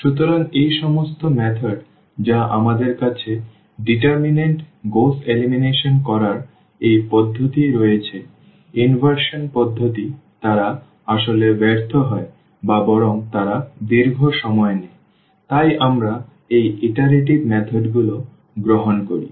সুতরাং এই সমস্ত পদ্ধতি যা আমাদের কাছে ডিটারমিনেন্ট গউস এলিমিনেশন করার এই পদ্ধতি রয়েছে ইনভার্শন পদ্ধতি তারা আসলে ব্যর্থ হয় বা বরং তারা দীর্ঘ সময় নেয় তাই আমরা এই ইটারেটিভ পদ্ধতি গুলি গ্রহণ করি